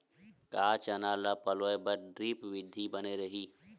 का चना ल पलोय बर ड्रिप विधी बने रही?